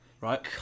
Right